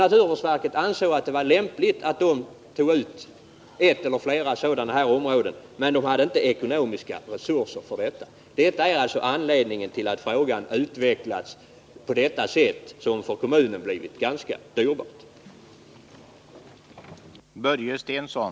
Där ansåg man att det var lämpligt att genomföra sådana projekt i ett eller ett par områden, men man konstaterade också att det saknades ekonomiska resurser för det. Det är alltså anledningen till att frågan har utvecklats på ett sätt som har blivit ganska dyrbart för kommunen.